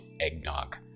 eggnog